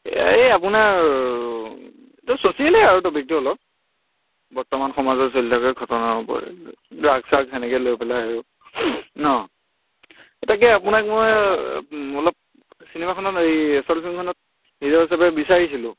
এই আপোনাৰ চ'ছিয়েলেই আৰু ট'পিকটো অলপ বৰ্তমান সমাজৰ চলি থকা ঘটনাৰ ওপৰত ড্ৰাগছ চ্ৰাগছ সেনেকে লৈ পেলাই আৰু ন' অঁ তাকে আপোনাক মই অলপ চিনেমাখনত এই চলচ্চিত্ৰখনত নিজৰ হিচাপে বিচাৰিছিলোঁ